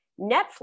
Netflix